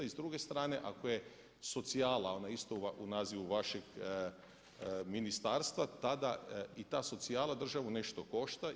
I s druge strane ako je socijala ona je isto u nazivu vašeg ministarstva, tada i ta socijala državu nešto košta.